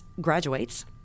graduates